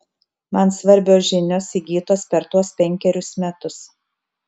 man svarbios žinios įgytos per tuos penkerius metus